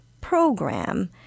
program